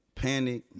panic